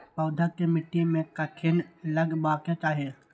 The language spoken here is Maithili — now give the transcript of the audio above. पौधा के मिट्टी में कखेन लगबाके चाहि?